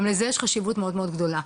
גם לזה יש חשיבות מאוד מאוד גדולה.